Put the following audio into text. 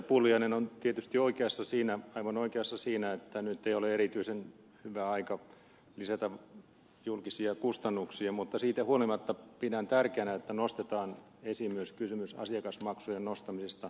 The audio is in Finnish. pulliainen on tietysti aivan oikeassa siinä että nyt ei ole erityisen hyvä aika lisätä julkisia kustannuksia mutta siitä huolimatta pidän tärkeänä että nostetaan esiin myös kysymys asiakasmaksujen nostamisesta